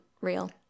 real